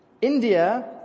India